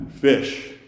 fish